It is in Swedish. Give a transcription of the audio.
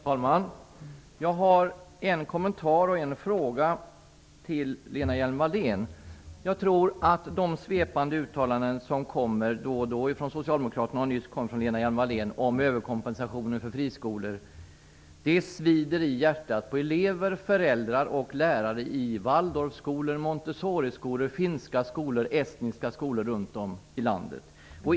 Fru talman! Jag har en kommentar och en fråga till Jag tror att de svepande uttalanden om överkompensationer av friskolor som då och då kommer från socialdemokraterna och nyss från Lena Hjelm-Wallén svider i hjärtat på elever, föräldrar och lärare i Waldorfskolor, Montessoriskolor, finska skolor och estniska skolor runt om i landet.